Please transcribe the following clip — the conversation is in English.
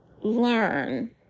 learn